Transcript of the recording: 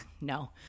no